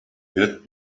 had